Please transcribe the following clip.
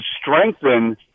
strengthen